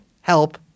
help